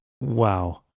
Wow